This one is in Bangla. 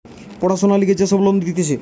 পড়াশোনার লিগে যে সব লোন গুলা দিতেছে